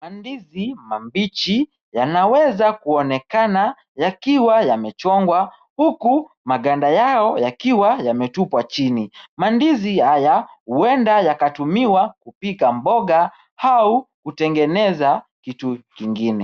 Mandizi mabichi yanaweza kuonekana yakiwa yamechongwa huku maganda yao yakiwa yametupwa chini. Mandizi haya huenda yakatumiwa kupika mboga au kutengeneza kitu kingine.